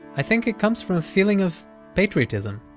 i think it comes from a feeling of patriotism.